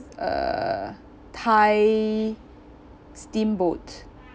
uh thai steamboat